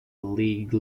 league